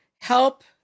help